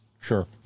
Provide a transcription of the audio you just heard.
Sure